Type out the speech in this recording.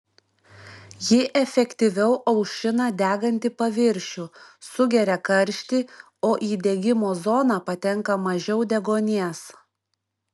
ji efektyviau aušina degantį paviršių sugeria karštį o į degimo zoną patenka mažiau deguonies